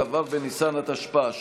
כ"ו בניסן התשפ"א,